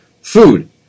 food